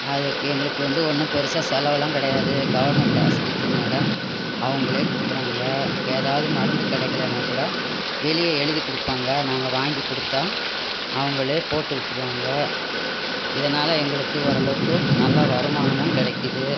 அதற்கு எங்களுக்கு வந்து ஒன்று பெருசாக செலவெல்லாம் கிடையாது கவர்ன்மென்ட் ஹாஸ்பித்திரினால அவங்களே கொடுக்கறாங்க ஏதாவது மருந்து கிடைக்கலனா கூட வெளியே எழுதிக் கொடுப்பாங்க நாங்கள் வாங்கி கொடுத்தா அவங்களே போட்டு விட்ருவாங்க இதனால் எங்களுக்கு ஓரளவுக்கு நல்ல வருமானமும் கிடைக்கிது